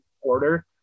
order